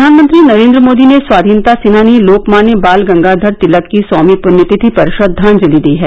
प्रधानमंत्री नरेन्द्र मोदी ने स्वाधीनता सेनानी लोकमान्य बाल गंगाधर तिलक की सौवीं पृण्यतिथि पर श्रद्वांजलि दी है